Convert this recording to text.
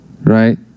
right